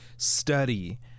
Study